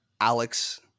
Alex